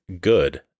good